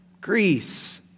Greece